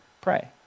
pray